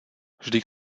vždyť